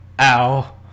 ow